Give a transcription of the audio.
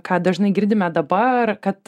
ką dažnai girdime dabar kad